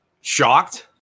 shocked